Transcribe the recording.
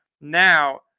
Now